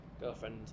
girlfriend